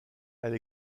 elle